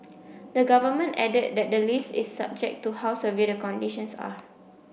the Government added that the list is subject to how severe the conditions are